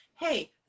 hey